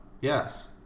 Yes